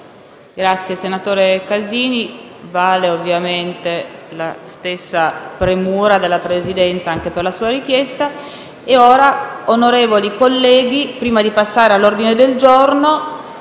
Senatore Casini, vale ovviamente la stessa premura della Presidenza anche per la sua richiesta. Ora, onorevoli colleghi, prima di passare all'ordine del giorno,